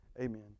Amen